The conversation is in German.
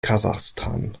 kasachstan